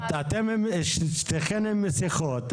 שתיכן עם מסכות,